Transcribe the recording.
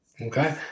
Okay